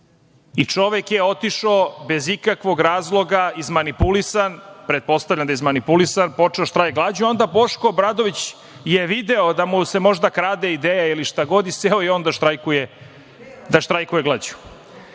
i čovek je otišao bez ikakvog razloga, izmanipulisan, pretpostavljam da je izmanipulisan, počeo štrajka glađu, a onda Boško Obradović je video da mu se možda krade ideja ili šta god i seo je i on da štrajkuje glađu. Ono